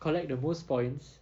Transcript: collect the most points